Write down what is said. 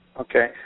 Okay